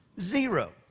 zero